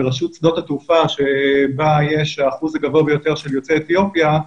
ברשות שדות התעופה שבה יש האחוז הגבוה ביותר של יוצאי אתיופיה,